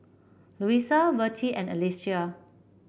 Louisa Vertie and Alesia